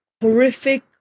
horrific